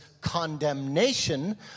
condemnation